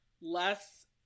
less